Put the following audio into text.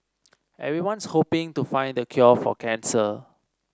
everyone's hoping to find the cure for cancer